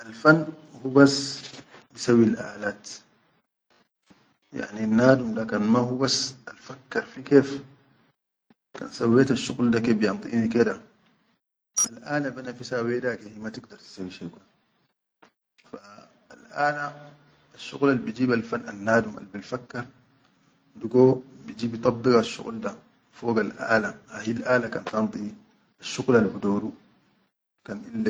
Alfan hubas bisawwil aʼalat, yani nnadum da kan ma hubas al fakkar ba humma shuqulum almasshin be da labudda min alfan bilga sahi inda daror bennas alla alfan da.